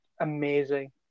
amazing